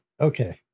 Okay